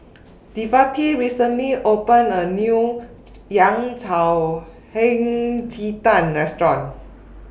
Devante recently opened A New Yao Cao Hei Ji Tang Restaurant